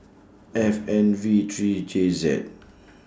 F N V three J Z